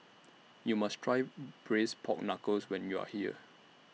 YOU must Try Braised Pork Knuckles when YOU Are here